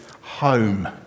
home